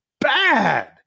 bad